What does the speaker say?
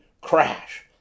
crash